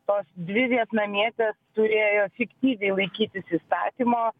tos dvi vietnamietės turėjo fiktyviai laikytis įstatymo